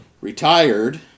retired